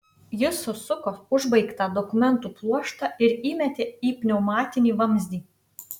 jis susuko užbaigtą dokumentų pluoštą ir įmetė į pneumatinį vamzdį